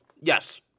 Yes